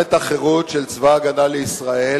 "מלחמת החירות של צבא-הגנה לישראל